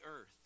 earth